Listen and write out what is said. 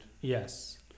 Yes